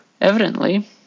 Evidently